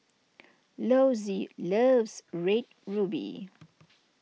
Lossie loves Red Ruby